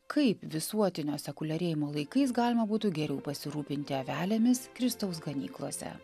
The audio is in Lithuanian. kaip visuotinio sekuliarėjimo laikais galima būtų geriau pasirūpinti avelėmis kristaus ganyklose